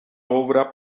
obra